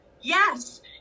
Yes